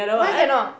why cannot